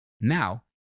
Now